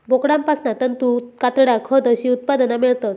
बोकडांपासना तंतू, कातडा, खत अशी उत्पादना मेळतत